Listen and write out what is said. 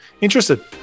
interested